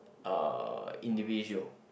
uh individual